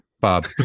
Bob